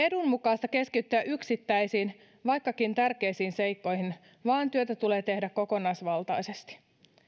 asianmukaista keskittyä yksittäisiin vaikkakin tärkeisiin seikkoihin vaan työtä tulee tehdä kokonaisvaltaisesti